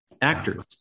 actors